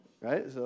Right